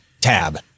Tab